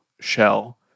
shell